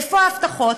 איפה ההבטחות?